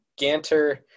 Ganter